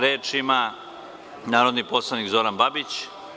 Reč ima narodni poslanik Zoran Babić.